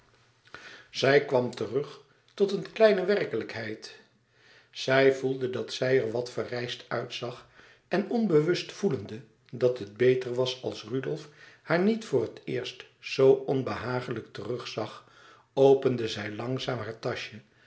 zij kwam terug tot een kleine werkelijkheid zij voelde dat zij er wat verreisd uitzag en onbewust voelende dat het beter was als rudolf haar niet voor het eerst zoo onbehagelijk terug zag opende zij langzaam